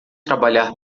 trabalhar